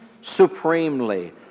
supremely